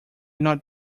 not